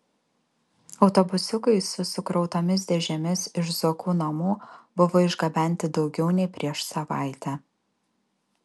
autobusiukai su sukrautomis dėžėmis iš zuokų namų buvo išgabenti daugiau nei prieš savaitę